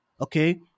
okay